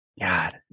god